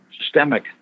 systemic